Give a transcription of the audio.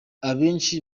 abenshi